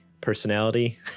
personality